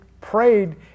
prayed